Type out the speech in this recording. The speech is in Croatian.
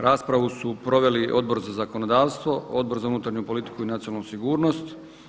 Raspravu su proveli Odbor za zakonodavstvo, Odbor za unutarnju politiku i nacionalnu sigurnost.